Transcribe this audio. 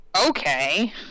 Okay